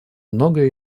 многое